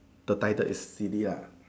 the title is silly ah